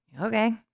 okay